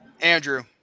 andrew